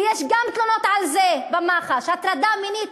ויש גם תלונות על זה במח"ש, הטרדה מינית.